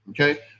Okay